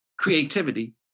creativity